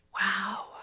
Wow